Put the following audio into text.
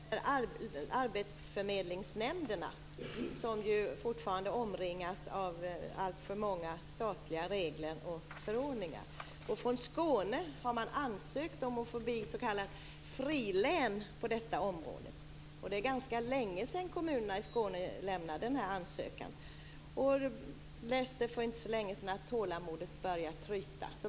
Fru talman! Jag har också en fråga till arbetsmarknadsministern, och den gäller arbetsförmedlingsnämnderna. De omringas fortfarande av alltför många statliga regler och förordningar. Man har i Skåne ansökt om att få bli ett s.k. frilän på området. Det är ganska länge sedan kommunerna i Skåne lämnade in ansökan. Jag läste för inte så länge sedan att tålamodet börjar tryta.